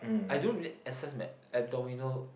I don't really access met abdominal